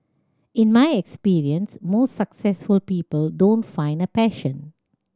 in my experience most successful people don't find a passion